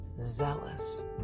zealous